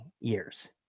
years